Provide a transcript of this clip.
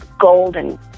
golden